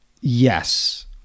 yes